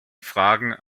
fragen